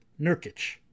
Nurkic